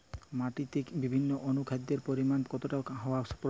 মাটিতে বিভিন্ন অনুখাদ্যের পরিমাণ কতটা হওয়া প্রয়োজন?